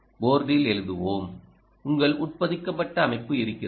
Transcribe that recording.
போர்டில் எழுதுவோம் உங்களிடம் உட்பொதிக்கப்பட்ட அமைப்பு இருக்கிறது